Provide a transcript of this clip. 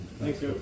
Thanks